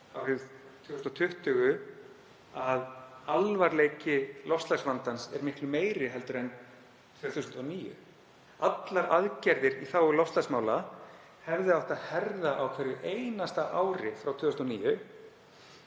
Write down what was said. árið 2020 að alvarleiki loftslagsvandans er miklu meiri en 2009. Allar aðgerðir í þágu loftslagsmála hefði átt að herða á hverju einasta ári frá 2009,